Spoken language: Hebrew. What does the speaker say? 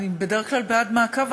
אני בדרך כלל בעד מעקב,